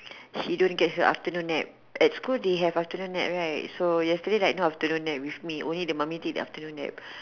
she don't get her afternoon nap at school they have afternoon nap right so yesterday like no afternoon nap with me only the mummy take the afternoon nap